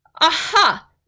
Aha